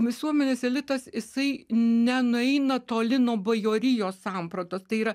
visuomenės elitas jisai nenueina toli nuo bajorijos sampratos tai yra